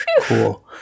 Cool